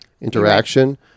interaction